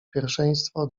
pierwszeństwo